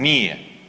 Nije.